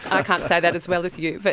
i can't say that as well as you! but